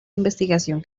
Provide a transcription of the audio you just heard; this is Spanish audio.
investigación